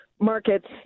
markets